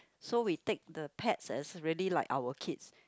so we take the pets as really like our kid